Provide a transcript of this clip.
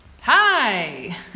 Hi